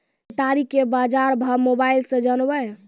केताड़ी के बाजार भाव मोबाइल से जानवे?